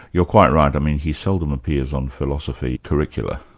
you're quite right, um and he seldom appears on philosophy curricula.